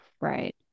Right